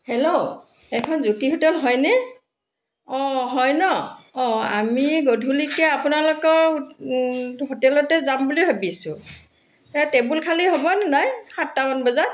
hello এইখন Jyoti hotel হয় নে অঁ হয় ন অঁ আমি গধূলিকৈ আপোলানোকৰ হোটেলতে যাম বুলি ভাবিছোঁ সেয়া টেবুল খালি হ'বনে নাই সাতটামান বজাত